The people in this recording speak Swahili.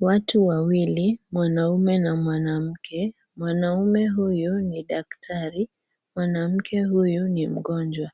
Watu wawili mwanaume na mwanamke, mwanaume huyu ni daktari, mwanamke huyu ni mgonjwa,